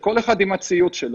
כשכל אחד בא עם הציוד שלו.